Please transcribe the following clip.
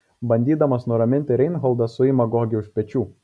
bandydamas nuraminti reinholdas suima gogį už pečių